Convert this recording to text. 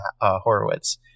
Horowitz